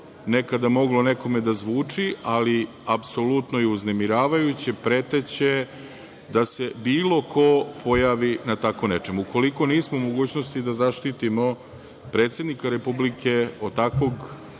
nekada moglo nekome da zvuči, ali apsolutno je uznemiravajuće, preteće, da se bilo ko pojavi na tako nečemu. Ukoliko nismo u mogućnosti da zaštitimo predsednika Republike od takvog